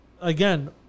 again